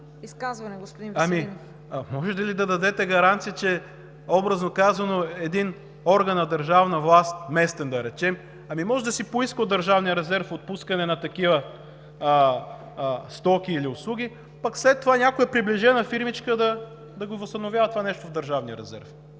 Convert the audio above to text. изказване, господин Веселинов. ФИЛИП ПОПОВ: Може ли да дадете гаранция, образно казано, че един орган на държавна власт, да речем местен, ами може да си поиска от Държавния резерв отпускане на такива стоки или услуги, пък след това някоя приближена фирмичка да го възстановява това нещо в Държавния резерв.